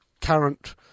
current